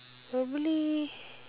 probably